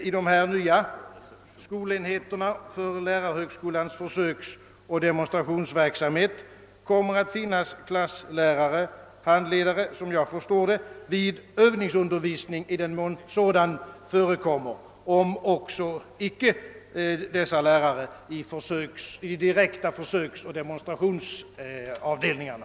I de nya skolenheterna för lärarhögskolans försöksoch demonstrationsverksamhet kommer att finnas klasslärare —-— handledare, som jag förstår det, för övningsundervisning i den mån sådan förekommer, om också inte i de direkta försöksoch demonstrationsavdelningarna.